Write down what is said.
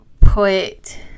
put